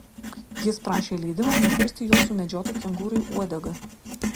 jis prašė leidimo nukirsti jo sumedžiotai kengūrai uodegą